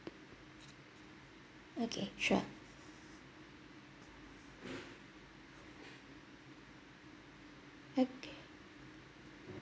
okay sure okay